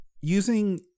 Using